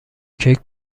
کیک